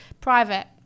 private